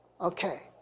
Okay